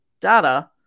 data